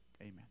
Amen